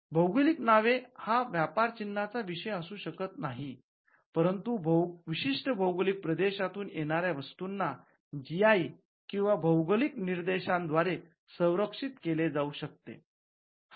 भौगोलिक नावे हा व्यापार चिन्हाचा विषय असू शकत नाही परंतु विशिष्ट भौगोलिक प्रदेशातून येणार्या वस्तूंना जीआय किंवा भौगोलिक निर्देशांद्वारे संरक्षित केले जाऊ शकते